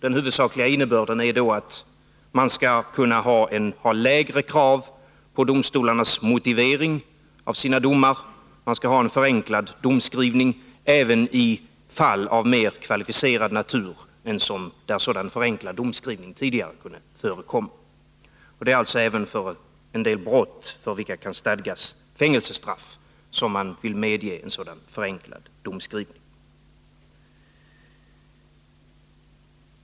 Den huvudsakliga innebörden av förslaget är att man skall kunna ha lägre krav på domstolarnas motiveringar av sina domar, en förenklad domskrivning, även i fall av mera kvalificerad natur, där sådan förenklad domskrivning tidigare inte kunnat förekomma. Även för en del brott på vilka fängelsestraff kan följa vill man medge sådan förenklad domskrivning.